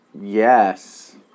Yes